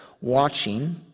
watching